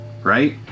right